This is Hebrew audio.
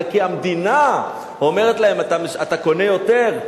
אלא כי המדינה אומרת להם: אתה קונה יותר,